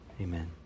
Amen